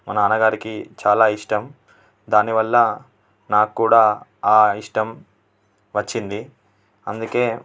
మా నాన్నగారికి చాలా ఇష్టం దానివల్ల నాకు కూడా ఆ ఇష్టం వచ్చింది అందుకే